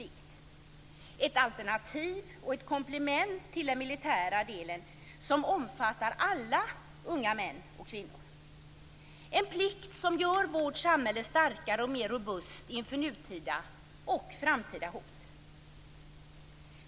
Det skall vara ett alternativ och ett komplement till den militära delen och omfatta alla unga män och kvinnor. Det skall vara en plikt som gör vårt samhälle starkare och mer robust inför nutida och framtida hot.